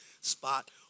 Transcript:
spot